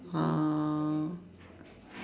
oh